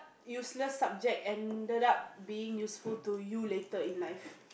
useless subject ended up being useful to you later in life